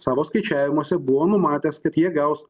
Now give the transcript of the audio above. savo skaičiavimuose buvo numatęs kad jie gaus